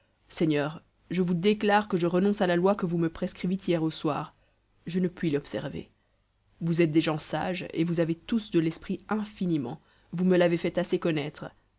seigneurs je vous déclare que je renonce à la loi que vous me prescrivîtes hier au soir je ne puis l'observer vous êtes des gens sages et vous avez tous de l'esprit infiniment vous me l'avez fait assez connaître